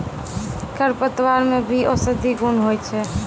खरपतवार मे भी औषद्धि गुण होय छै